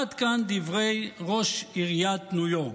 עד כאן דברי ראש עיריית ניו יורק.